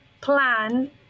plan